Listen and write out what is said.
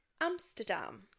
Amsterdam